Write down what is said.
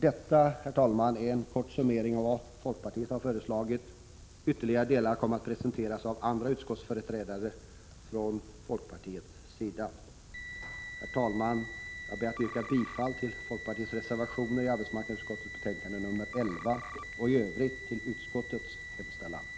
Herr talman! Detta är en kort summering av vad folkpartiet har föreslagit. Ytterligare delar kommer att presenteras av andra utskottsföreträdare från folkpartiets sida. Herr talman! Jag ber att få yrka bifall till folkpartiets reservationer i arbetsmarknadsutskottets betänkande nr 11 och i övrigt till utskottets hemställan.